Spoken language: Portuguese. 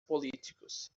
políticos